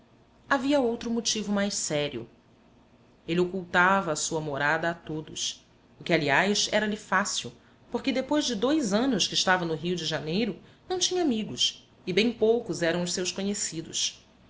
havia outro motivo mais sério ele ocultava a sua morada a todos o que aliás era-lhe fácil porque depois de dois anos que estava no rio de janeiro não tinha amigos e bem poucos eram os seus conhecidos